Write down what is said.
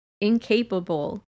incapable